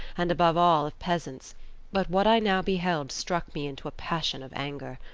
and above all of peasants but what i now beheld struck me into a passion of anger.